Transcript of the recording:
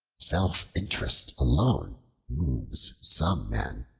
self-interest alone moves some men.